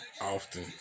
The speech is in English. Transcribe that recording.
Often